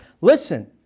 listen